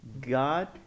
God